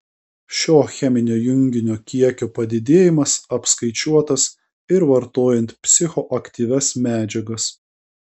šio cheminio junginio kiekio padidėjimas apskaičiuotas ir vartojant psichoaktyvias medžiagas